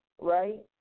right